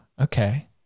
Okay